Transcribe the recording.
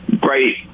great